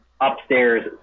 upstairs